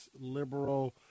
liberal